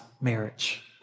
marriage